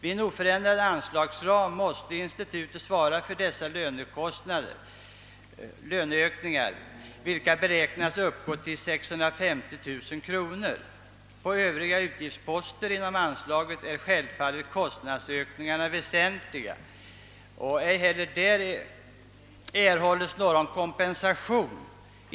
Vid en oförändrad anslagsram måste institutet svara för dessa lönekostnadsökningar, vilka beräknas uppgå till 650 000 kronor. På övriga utgiftsposter inom anslaget är självfallet kostnadsökningarna väsentliga; ej heller här erhålles någon kompensation.